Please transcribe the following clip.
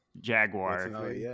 Jaguar